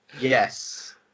yes